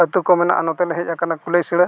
ᱟᱛᱳ ᱠᱚ ᱢᱮᱱᱟᱜᱼᱟ ᱱᱚᱛᱮᱞᱮ ᱦᱮᱡ ᱟᱠᱟᱱᱟ ᱠᱩᱞᱟᱹᱭ ᱥᱤᱲᱟᱹ